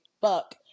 fuck